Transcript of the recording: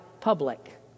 public